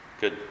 good